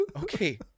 okay